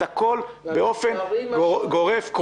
את הכול באופן גורף,